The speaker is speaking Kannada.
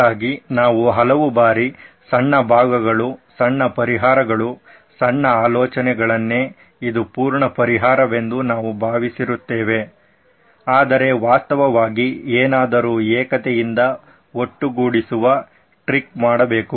ಹಾಗಾಗಿ ನಾವು ಹಲವಾರು ಬಾರಿ ಸಣ್ಣ ಭಾಗಗಳು ಸಣ್ಣ ಪರಿಹಾರಗಳು ಸಣ್ಣ ಆಲೋಚನೆಗಳನ್ನೇ ಇದು ಪೂರ್ಣ ಪರಿಹಾರವೆಂದು ನಾವು ಭಾವಿಸಿರುತ್ತೇವೆ ಆದರೆ ವಾಸ್ತವವಾಗಿ ಏನಾದರೂ ಏಕತೆಯಿಂದ ಒಟ್ಟುಗೂಡಿಸುವ ಟ್ರಿಕ್ ಮಾಡಬೇಕು